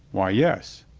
why, yes.